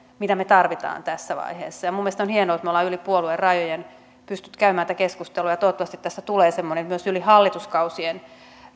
mitä me tarvitsemme tässä vaiheessa minun mielestäni on hienoa että me olemme yli puoluerajojen pystyneet käymään tätä keskustelua ja toivottavasti tästä tulee semmoinen myös yli hallituskausien